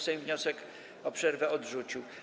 Sejm wniosek o przerwę odrzucił.